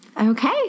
Okay